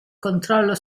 controllo